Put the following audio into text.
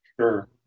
Sure